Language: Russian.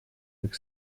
как